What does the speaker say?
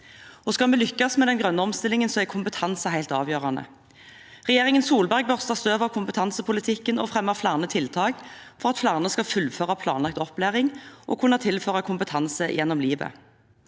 Skal vi lykkes med den grønne omstillingen, er kompetanse også helt avgjørende. Regjeringen Solberg børstet støv av kompetansepolitikken og fremmet flere tiltak for at flere skal fullføre planlagt opplæring og kunne tilføre kompetanse gjen nom livet.